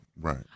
Right